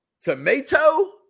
tomato